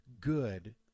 good